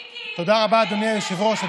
מיקי, תודה רבה, אדוני היושב-ראש.